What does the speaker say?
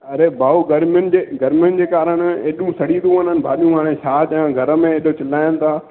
अरे भाऊ गर्मियुनि जे गर्मियुनि जे कारणु हेॾियूं सड़ी थियूं वञनि भाॼियूं हाणे छा कयां घर में चिलाइनि था